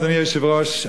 אדוני היושב-ראש,